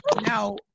now